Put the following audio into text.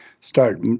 start